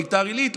לביתר עילית.